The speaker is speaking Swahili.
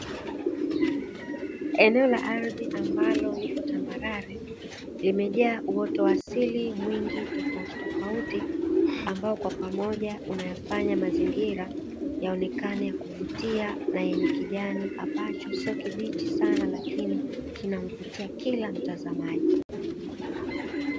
Eneo la ardhi ambalo lipo tambarare, limejaa uoto wa asili mwingi tofautitofauti, ambao kwa pamoja unayafanya mazingira yaonekane kuvutia na yenye kijani ambacho sio kibichi sana lakini kinamvutia kila mtazamaji.